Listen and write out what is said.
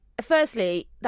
firstly